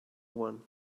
one